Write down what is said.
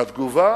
והתגובה